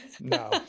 No